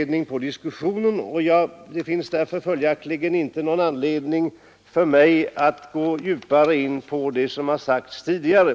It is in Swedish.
Det finns följaktligen inte någon anledning för mig att gå djupare in i vad som har sagts tidigare.